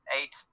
eight